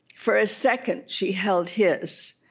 for a second, she held his.